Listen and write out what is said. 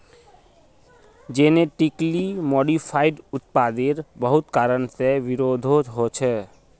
genetically modified उत्पादेर बहुत कारण से विरोधो होछे